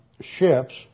ships